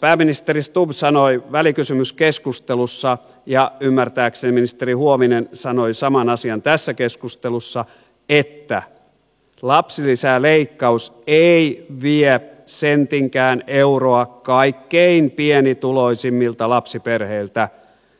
pääministeri stubb sanoi välikysymyskeskustelussa ja ymmärtääkseni ministeri huovinen sanoi saman asian tässä keskustelussa että lapsilisäleikkaus ei vie sentinkään euroa kaikkein pienituloisimmilta lapsiperheiltä